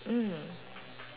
mm